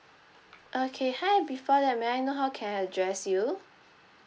okay hi before that may I know how can I address you